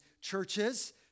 churches